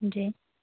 जी